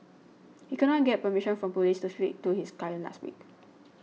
he could not get permission from police to speak to his client last week